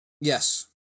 Yes